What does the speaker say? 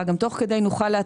הנוסח.